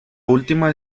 última